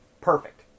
perfect